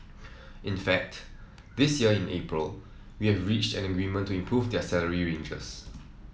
in fact this year in April we have reached an agreement to improve their salary ranges